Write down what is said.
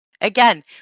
again